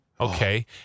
Okay